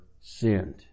sinned